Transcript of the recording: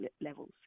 levels